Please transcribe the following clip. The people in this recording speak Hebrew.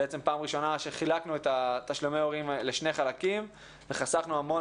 בעצם פעם ראשונה שחילקנו את תשלומי ההורים לשני חלקים וחסכנו המון